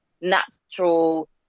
natural